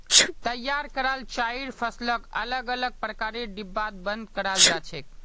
तैयार कराल चाइर फसलक अलग अलग प्रकारेर डिब्बात बंद कराल जा छेक